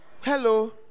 Hello